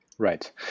Right